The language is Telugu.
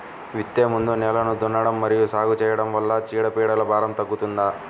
విత్తే ముందు నేలను దున్నడం మరియు సాగు చేయడం వల్ల చీడపీడల భారం తగ్గుతుందా?